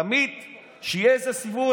תמיד כשיהיה איזה סיפור,